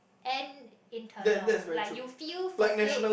and internal like you feel fulfilled